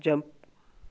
jump